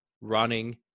running